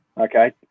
Okay